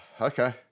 Okay